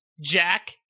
Jack